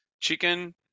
chicken